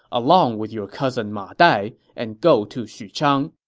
along with your cousin ma dai, and go to xuchang.